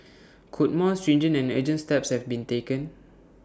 could more stringent and urgent steps have been taken